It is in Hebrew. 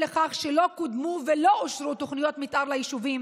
לכך שלא קודמו ולא אושרו תוכניות מתאר ליישובים,